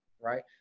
right